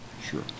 Sure